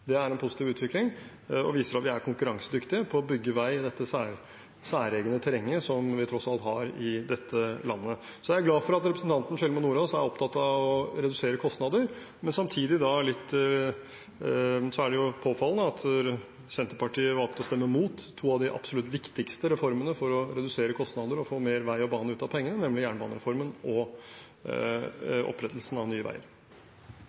Det er en positiv utvikling, og det viser at vi er konkurransedyktige på å bygge vei i dette særegne terrenget vi tross alt har i dette landet. Jeg er glad for at representanten Sjelmo Nordås er opptatt av å redusere kostnader, samtidig er det påfallende at Senterpartiet valgte å stemme imot to av de absolutt viktigste reformene for å redusere kostnader og få mer vei og bane ut av pengene, nemlig jernbanereformen og opprettelsen av Nye Veier.